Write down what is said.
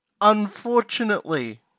Unfortunately